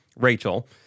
Rachel